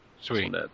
Sweet